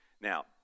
Now